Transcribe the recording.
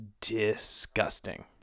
disgusting